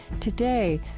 today,